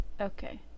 Okay